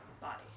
body